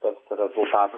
toks rezultatas